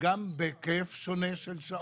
גם בהיקף שונה של שעות.